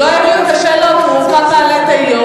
הוא לא עונה על שאלות, הוא רק מעלה תהיות.